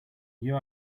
you